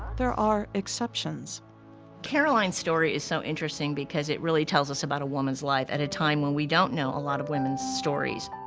there are exceptions. carolyn caroline's story is so interesting because it really tells us about a woman's life at a time when we don't know a lot of women's stories.